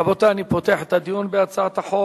רבותי, אני פותח את הדיון בהצעת החוק.